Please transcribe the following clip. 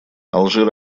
алжир